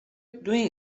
doing